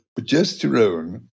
Progesterone